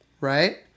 right